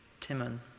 Timon